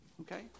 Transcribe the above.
Okay